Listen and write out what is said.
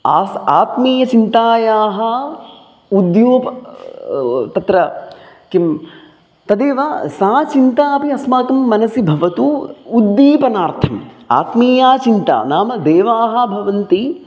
आस् आत्मीयचिन्तायाः उद्योप् तत्र किं तदेव सा चिन्ता अपि अस्माकं मनसि भवतु उद्दीपनार्थम् आत्मीया चिन्ता नाम देवाः भवन्ति